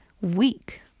Weak